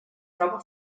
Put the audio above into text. troba